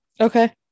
Okay